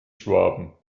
schwaben